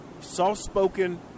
soft-spoken